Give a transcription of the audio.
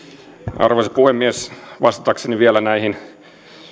arvoisa puhemies vastaan vielä näihin